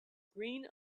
green